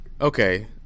okay